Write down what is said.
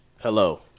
Hello